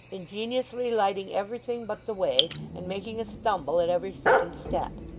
ingeniously lighting everything but the way, and making a stumble at every second step.